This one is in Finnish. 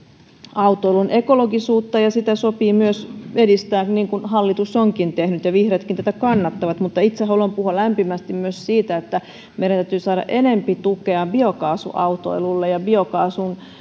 autoilun ekologisuutta ja sitä asiaa sopii myös edistää niin kuin hallitus onkin tehnyt ja vihreätkin tätä kannattavat mutta itse haluan puhua lämpimästi myös siitä että meidän täytyy saada enempi tukea biokaasuautoilulle ja biokaasun